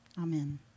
Amen